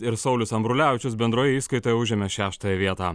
ir saulius ambrulevičius bendroj įskaitoj užėmė šeštąją vietą